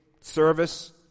service